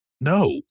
No